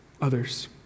others